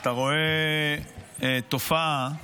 אתה רואה תופעה,